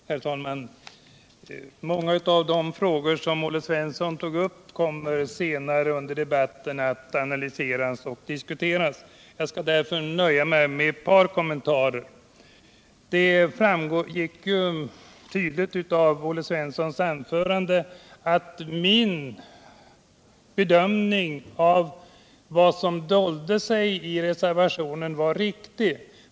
Herr talman! Många av de frågor som Olle Svensson tog upp kommer senare i debatten att analyseras och diskuteras. Jag nöjer mig därför med ett par kommentarer. Det framgick tydligt av Olle Svenssons anförande att min bedömning av vad som dolde sig i reservationen är riktig.